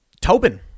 Tobin